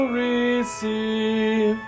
receive